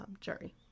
jury